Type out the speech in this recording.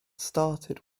started